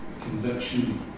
conviction